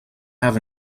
have